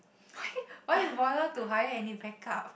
why why bother to hire any backup